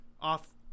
off